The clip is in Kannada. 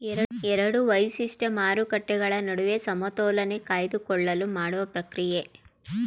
ಎರಡು ವೈಶಿಷ್ಟ್ಯ ಮಾರುಕಟ್ಟೆಗಳ ನಡುವೆ ಸಮತೋಲನೆ ಕಾಯ್ದುಕೊಳ್ಳಲು ಮಾಡುವ ಪ್ರಕ್ರಿಯೆ